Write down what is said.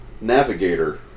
navigator